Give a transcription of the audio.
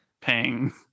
paying